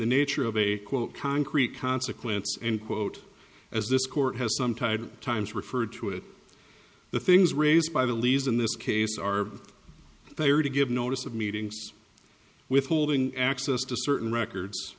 the nature of a quote concrete consequence and quote as this court has some tide times referred to it the things raised by the least in this case are they are to give notice of meetings withholding access to certain records